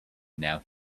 now